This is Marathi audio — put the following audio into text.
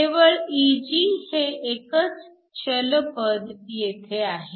केवळ Eg हे एकच चल पद येथे आहे